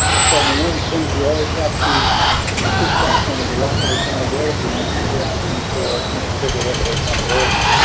feldman, one of the things we always have to ah push back on is a lack of accountability. and i think you're asking for administrator level accountability.